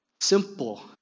simple